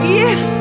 yes